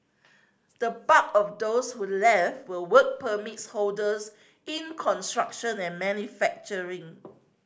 the bulk of those who left were work permits holders in construction and manufacturing